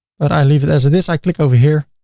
but i leave it as it is. i click over here.